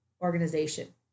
organization